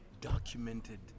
documented